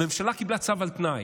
הממשלה קיבלה צו על תנאי.